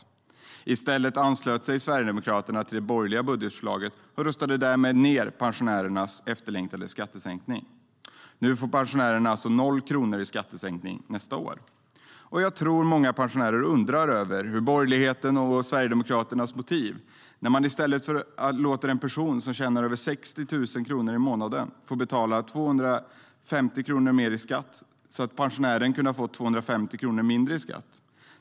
Sverigedemokraterna anslöt sig till det borgerliga budgetförslaget och röstade därmed ned pensionärernas efterlängtade skattesänkning. Nu får alltså pensionärerna noll kronor i skattesänkning nästa år. Jag tror att många pensionärer undrar över borgerlighetens och Sverigedemokraternas motiv när de gör så i stället för att låta en person som tjänar över 60 000 kronor i månaden få betala 250 kronor mer i skatt. Pensionären hade kunnat få 250 kronor mindre i skatt.